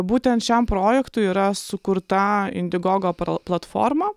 būtent šiam projektui yra sukurta indigogo platforma